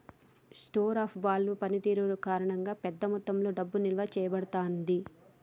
store of value పనితీరు కారణంగా, పెద్ద మొత్తంలో డబ్బు నిల్వ చేయబడతాది